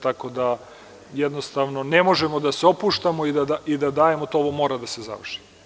Tako da, jednostavno ne možemo da se opuštamo i da dajemo to, ovo mora da se završi.